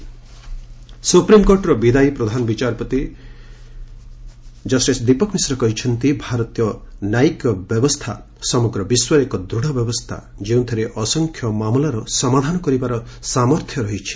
CJI ଫେୟାର୍ ସୁପ୍ରିମ୍କୋର୍ଟର ବିଦାୟୀ ପ୍ରଧାନ ବିଚାରପତି ଦୀପକ୍ ମିଶ୍ର କହିଛନ୍ତି ଭାରତୀୟ ନ୍ୟାୟିକ ବ୍ୟବସ୍ଥା ସମଗ୍ର ବିଶ୍ୱରେ ଏକ ଦୃଢ଼ ବ୍ୟବସ୍ଥା ଯେଉଁଥିରେ ଅସଂଖ୍ୟ ମାମଲାର ସମାଧାନ କରିବାର ସାମର୍ଥ୍ୟ ରହିଛି